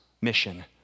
mission